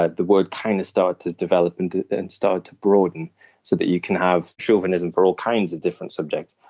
ah the word kind of started to develop and and started to broaden so that you can have chauvinism for all kinds of different subjects.